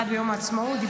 אחד ביום העצמאות.